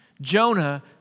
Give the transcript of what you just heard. Jonah